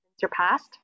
surpassed